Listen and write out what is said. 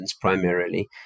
primarily